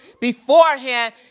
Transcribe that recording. Beforehand